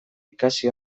ikasi